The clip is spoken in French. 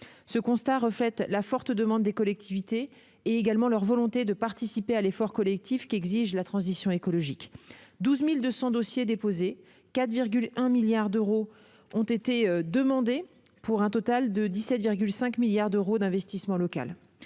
Ce constat reflète la forte demande des collectivités et leur volonté de participer à l'effort collectif qu'exige la transition écologique : 12 200 dossiers ont été déposés, et 4,1 milliards d'euros ont été demandés pour un total de 17,5 milliards d'euros d'investissement local.